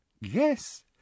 yes